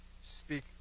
speak